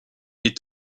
est